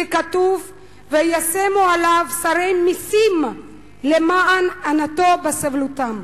ככתוב: "וישמו עליו שרי מסים למען ענֹתו בסבלֹתם".